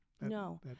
no